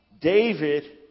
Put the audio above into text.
David